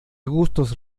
gustos